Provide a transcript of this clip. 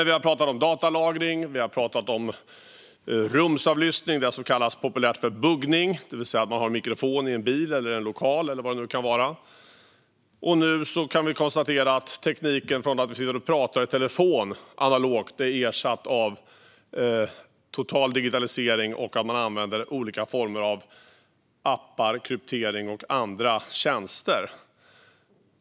Vi har pratat om datalagring, rumsavlyssning - det som populärt kallas buggning, det vill säga att man har mikrofoner i en bil, en lokal eller vad det nu kan vara - och nu kan vi konstatera att den analoga tekniken för telefonsamtal har ersatts av total digitalisering. Man använder olika former av appar, kryptering och andra tjänster.